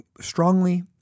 strongly